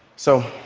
so.